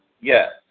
yes